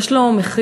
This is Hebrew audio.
יש לו מחיר.